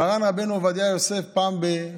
מר"ן רבנו עובדיה יוסף, פעם ב-,